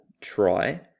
try